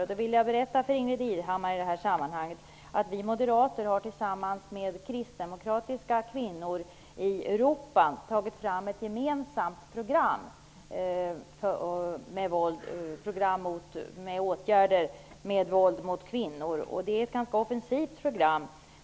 Jag vill också berätta för Ingbritt Irhammar att vi moderater har tillsammans med kristdemokratiska kvinnor i Europa tagit fram ett gemensamt program med åtgärder mot våld mot kvinnor. Det är ett ganska offensivt program.